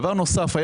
דבר נוסף.